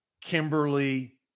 kimberly